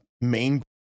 main